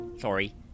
Sorry